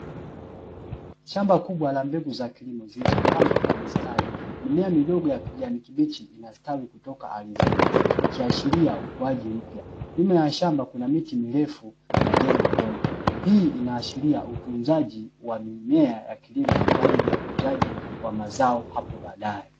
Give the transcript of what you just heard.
Shamba kubwa la mbegu za kilimo, zilizopandwa kwa mistari, mimea midogo ya kijani kubichi inastawi kutoka ardhini, ikiashiria ukuaji mpya. Nyuma ya shamba kuna miti mirefu na jengo dogo, hii inaashiria utunzaji wa mimea ya kilimo kwa ajili ya ukuzaji wa mazao hapo baadae.